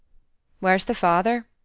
where's the father?